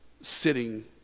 sitting